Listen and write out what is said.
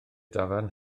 dafarn